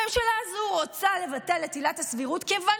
הממשלה הזו רוצה לבטל את עילת הסבירות מכיוון